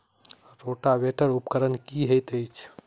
Rotavator उपकरण की हएत अछि?